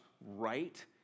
right